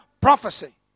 prophecy